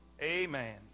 Amen